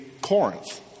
Corinth